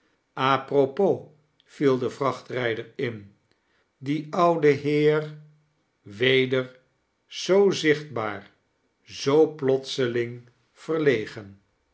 apropos viel de vrachtrijder in die oude heer weder zoo zichtbaar zoo plotseling verlegen